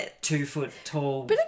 two-foot-tall